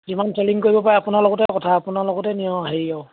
কিমান চেলিং কৰিব পাৰে আপোনাৰ লগতে কথা আপোনাৰ লগতে নিয়া হেৰি আৰু